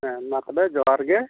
ᱦᱮᱸ ᱢᱟᱛᱚᱵᱮ ᱡᱚᱦᱟᱨᱜᱮ